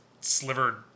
slivered